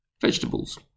vegetables